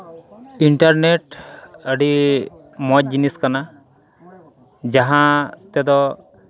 internet ᱟᱹᱰᱤ ᱢᱚᱡᱽ ᱡᱤᱱᱤᱥ ᱠᱟᱱᱟ ᱡᱟᱦᱟᱸ ᱛᱮᱫᱚ